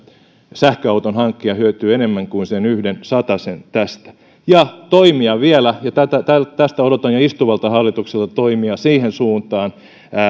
sähköauton hankkija hyötyy enemmän kuin sen yhden satasen tästä ja toimista vielä odotan jo istuvalta hallitukselta toimia siihen suuntaan